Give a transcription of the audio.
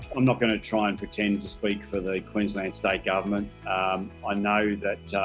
not going to try and pretend to speak for the queensland state government i know that